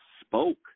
spoke